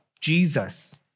Jesus